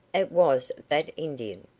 it was that indian.